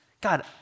God